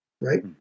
right